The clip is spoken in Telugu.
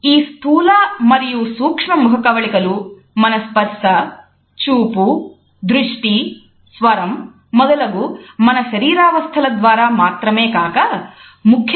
కొన్ని సంస్కృతులలో ఏదో ఒక పరిమళాన్ని ధరించడం తప్పనిసరి అలాగే ఇంకొన్ని సంస్కృతులలో కొన్నివాసనలు ప్రత్యేకించి మనం ఒంటి పై ధరించే సువాసనలను చిన్న చూపు చూస్తారు